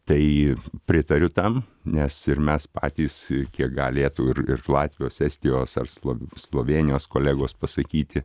tai pritariu tam nes ir mes patys kiek galėtų ir ir latvijos estijos ar slo slovėnijos kolegos pasakyti